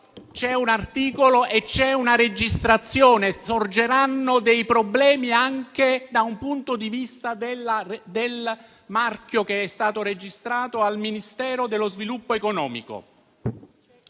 c'è un articolo e c'è una registrazione, sorgeranno dei problemi anche da un punto di vista del marchio che è stato registrato al Ministero dello sviluppo economico.